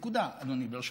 נקודה, אדוני, ברשותך.